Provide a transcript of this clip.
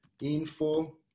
info